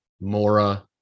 Mora